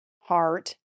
heart